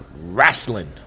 wrestling